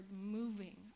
moving